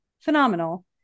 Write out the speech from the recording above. phenomenal